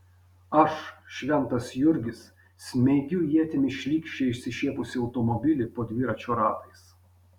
aš šventas jurgis smeigiu ietimi šlykščiai išsišiepusį automobilį po dviračio ratais